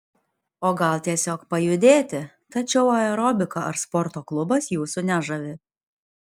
o gal tiesiog pajudėti tačiau aerobika ar sporto klubas jūsų nežavi